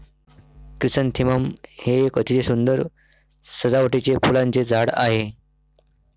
chrysanthemum हे एक अतिशय सुंदर सजावटीचे फुलांचे झाड आहे